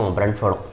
Brentford